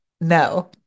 No